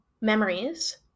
memories